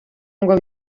ngo